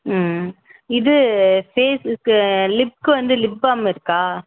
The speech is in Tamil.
ம் இது ஃபேஸுக்கு லிப் வந்து லிப்பாம் இருக்கா